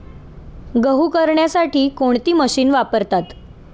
गहू करण्यासाठी कोणती मशीन वापरतात?